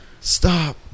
stop